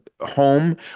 home